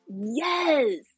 Yes